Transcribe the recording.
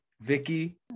Vicky